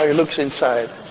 ah looks inside.